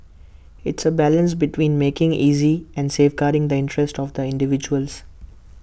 it's A balance between making easy and safeguarding the interests of the individuals